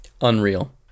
Unreal